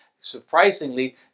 surprisingly